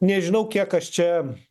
nežinau kiek aš čia